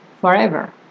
forever